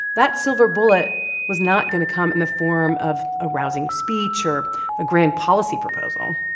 that silver bullet was not going to come in the form of a rousing speech or a grand policy proposal.